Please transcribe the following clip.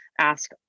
ask